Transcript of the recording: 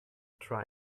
try